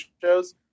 shows